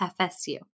FSU